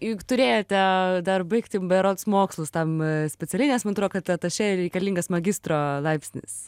juk turėjote dar baigti berods mokslus tam specialiai nes man atro kad atašė reikalingas magistro laipsnis